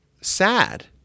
sad